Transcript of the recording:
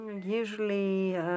usually